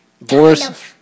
Boris